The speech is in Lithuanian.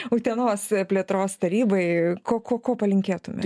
utenos plėtros tarybai ko ko ko palinkėtumėt